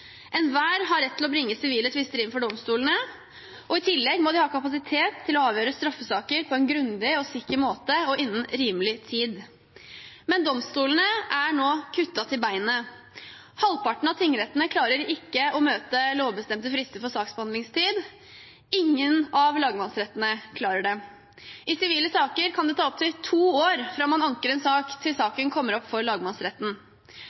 Enhver har rett til å bringe sivile tvister inn for domstolene. I tillegg må domstolene ha kapasitet til å avgjøre straffesaker på en grundig og sikker måte og innen rimelig tid. Men domstolene er nå kuttet til beinet. Halvparten av tingrettene klarer ikke å møte lovbestemte frister for saksbehandlingstid. Ingen av lagmannsrettene klarer det. I sivile saker kan det ta opp til to år fra man anker en sak, til saken kommer opp for lagmannsretten.